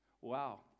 Wow